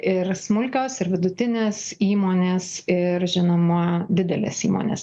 ir smulkios ir vidutinės įmonės ir žinoma didelės įmonės